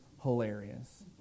hilarious